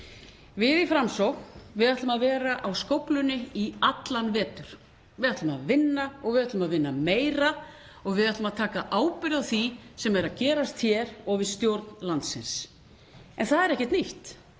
Við í Framsókn ætlum að vera á skóflunni í allan vetur. Við ætlum að vinna og við ætlum að vinna meira og við ætlum að taka ábyrgð á því sem er að gerast hér og við stjórn landsins. En það er ekkert nýtt.